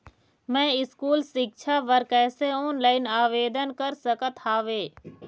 मैं स्कूल सिक्छा बर कैसे ऑनलाइन आवेदन कर सकत हावे?